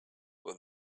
with